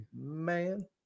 Man